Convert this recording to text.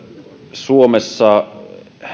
suomessa on ihan